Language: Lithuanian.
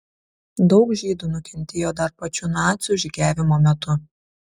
daug žydų nukentėjo dar pačiu nacių žygiavimo metu